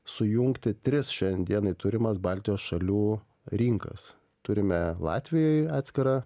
sujungti tris šiandien dienai turimas baltijos šalių rinkas turime latvijoj atskirą